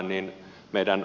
herra puhemies